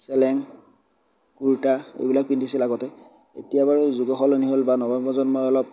চেলেং কুৰ্তা এইবিলাক পিন্ধিছিল আগতে এতিয়া বাৰু যুগো সলনি হ'ল বা নৱপ্ৰজন্মই অলপ